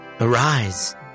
Arise